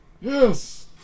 Yes